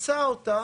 שפיצה אותה